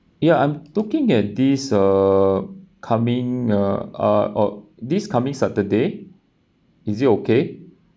ya I'm looking at this uh coming uh this coming saturday is it okay